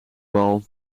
bal